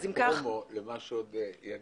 זה פרומו למה שעוד יגיע